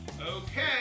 Okay